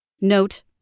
Note